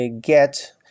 get